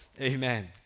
amen